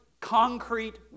concrete